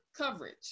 coverage